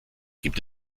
gibt